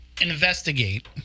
investigate